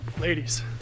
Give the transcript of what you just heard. Ladies